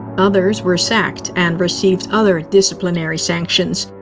others were sacked and received other disciplinary sanctions.